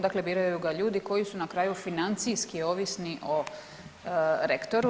Dakle, biraju ga ljudi koji su na kraju financijski ovisni o rektoru.